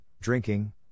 drinking